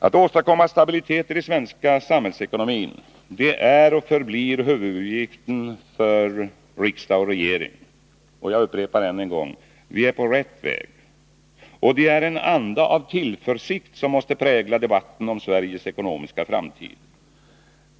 Att åstadkomma stabilitet i den svenska samhällsekonomin är och förblir huvuduppgiften för riksdag och regering. Jag upprepar än en gång att vi är på rätt väg. Det är en anda av tillförsikt som måste prägla debatten om Sveriges ekonomiska framtid.